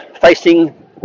facing